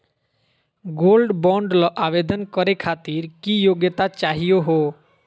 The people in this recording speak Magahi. गोल्ड बॉन्ड ल आवेदन करे खातीर की योग्यता चाहियो हो?